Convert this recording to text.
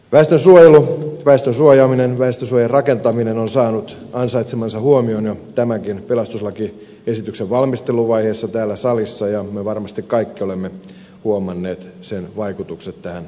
väestönsuojelu väestön suojaaminen väestösuojan rakentaminen ovat saaneet ansaitsemansa huomion jo tämän pelastuslakiesityksen valmisteluvaiheessa täällä salissa ja me varmasti kaikki olemme huomanneet sen vaikutukset tähän lakikokonaisuuteen